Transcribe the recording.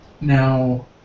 Now